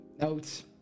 Notes